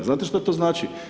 Znate što to znači?